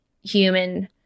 human